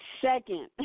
Second